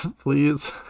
please